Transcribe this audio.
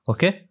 Okay